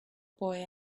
boy